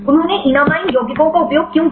उन्होंने एनमाइन यौगिकों का उपयोग क्यों किया